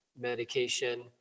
medication